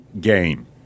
game